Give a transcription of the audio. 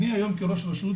אני היום, כראש רשות